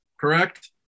Correct